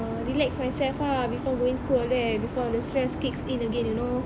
ah relax myself ah before going school all that before all the stress kicks in again you know